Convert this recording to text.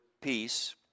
peace